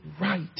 right